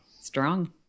Strong